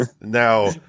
now